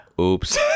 oops